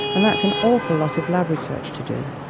and that's an awful lot of lab research to do.